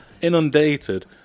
inundated